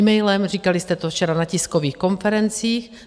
Emailem, říkali jste to včera na tiskových konferencích.